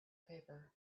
paper